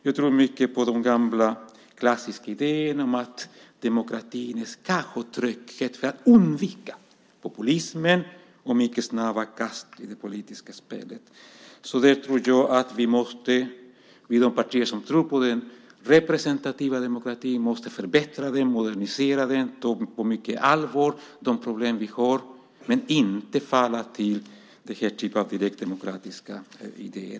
Jag tror mycket på de gamla klassiska idéerna om att demokratin ska ha tröghet för att undvika populismen och mycket snabba kast i det politiska spelet. De partier som tror på den representativa demokratin måste förbättra och modernisera den och ta de problem vi har på stort allvar men inte falla tillbaka på direktdemokratiska idéer.